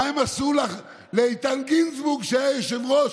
מה הם עשו לאיתן גינזבורג כשהיה יושב-ראש,